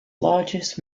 largest